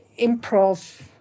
improv